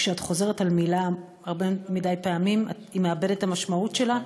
כשאת חוזרת על מילה הרבה מדי פעמים היא מאבדת את המשמעות שלה,